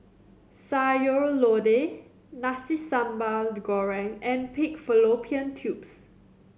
Sayur Lodeh Nasi Sambal Goreng and pig fallopian tubes